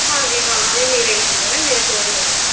ਹਾਂਜੀ ਹਾਂ ਇਹ ਮੇਰਾ ਹੀ ਨੰਬਰ ਹੈ ਮੇਰੇ ਕੋਲ ਏ ਰਹਿੰਦਾ